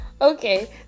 Okay